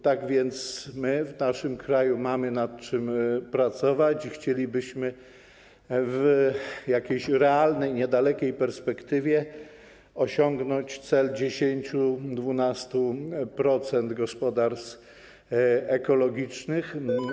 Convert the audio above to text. Tak więc my w naszym kraju mamy nad czym pracować i chcielibyśmy w jakiejś realnej, niedalekiej perspektywie osiągnąć cel, jakim jest funkcjonowanie 10–12% gospodarstw ekologicznych.